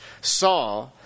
saw